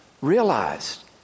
realized